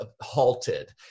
halted